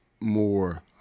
more